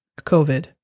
COVID